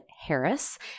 Harris